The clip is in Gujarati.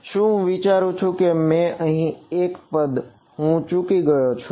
શું હું વિચારું છું કે અહીં મેં એક પદ હું ચુકી ગયો છું